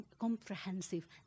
comprehensive